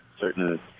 certain